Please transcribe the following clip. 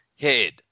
head